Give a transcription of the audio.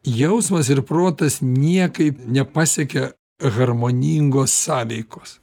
jausmas ir protas niekaip nepasiekia harmoningos sąveikos